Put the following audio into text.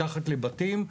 מתחת לבתים.